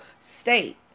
state